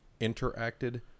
interacted